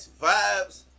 vibes